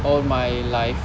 all my life